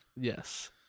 Yes